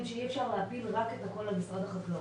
שאי אפשר להפיל את הכל רק על משרד החקלאות.